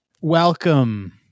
Welcome